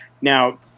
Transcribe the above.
now